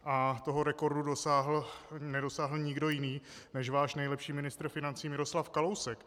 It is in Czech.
A toho rekordu nedosáhl nikdo jiný než váš nejlepší ministr financí Miroslav Kalousek.